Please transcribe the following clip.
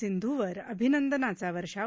सिंधुवर अभिनंदनाचा वर्षाव